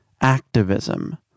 activism